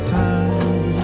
time